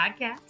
podcast